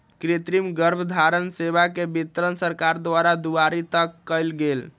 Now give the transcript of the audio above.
कृतिम गर्भधारण सेवा के वितरण सरकार द्वारा दुआरी तक कएल गेल